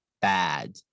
bad